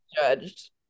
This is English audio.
judged